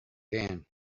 can